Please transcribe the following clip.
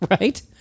Right